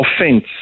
offence